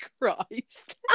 Christ